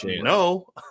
No